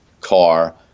car